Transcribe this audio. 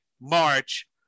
march